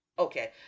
Okay